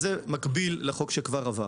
אז זה מקביל לחוק שכבר עבר.